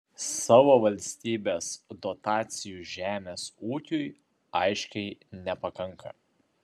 savo valstybės dotacijų žemės ūkiui aiškiai nepakanka